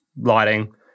lighting